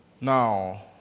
Now